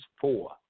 four